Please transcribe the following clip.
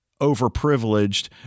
overprivileged